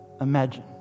imagine